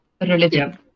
religion